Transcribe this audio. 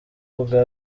bwa